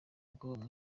umukobwa